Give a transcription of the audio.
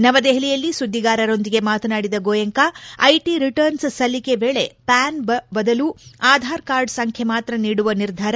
ನವದೆಪಲಿಯಲ್ಲಿ ಸುಧಿಗಾರರೊಂದಿಗೆ ಮಾತನಾಡಿದ ಗೋಯಂಕಾ ಐಟಿ ರಿಟರ್ನ್ ಸಲ್ಲಿಕೆ ವೇಳೆ ಪ್ಲಾನ್ ಬದಲು ಅಧಾರ್ ಕಾರ್ಡ್ ಸಂಖ್ಯೆ ಮಾತ್ರ ನೀಡುವ ನಿರ್ಧಾರ